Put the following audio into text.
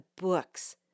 books